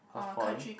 northpoint